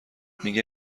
میگه